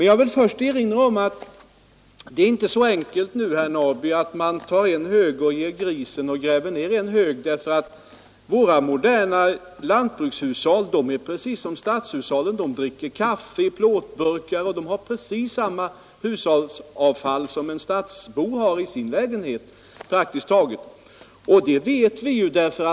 Jag vill emellertid erinra om att det är inte så enkelt numera, herr Norrby i Åkersberga, att man tar en hög och ger grisen och gräver ned en annan hög. Våra moderna lantbrukshushåll är precis likadana som stadshushållen — man dricker t.ex. kaffe som varit förpackat i plåtburkar - och har praktiskt taget samma hushållsavfall som en stadsbo i sin lägenhet. Det vet vi, genom de erfarenheter vi nu har fått.